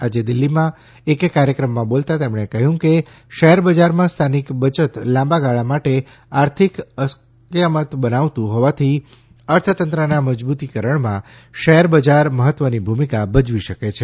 આજે દિલ્હીમાં એક કાર્યક્રમમાં બોલતા તેમણે કહ્યું કે શેર બજારમાં સ્થાનિક બયત લાંબાગાળા માટે આર્થિક સ્ક્યામત બનાવતુ હોવાથી ર્થતંત્રના મજબૂતીકરણમાં શેર બજાર મહત્વની ભૂમિકા ભજવી શકે છે